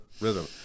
rhythm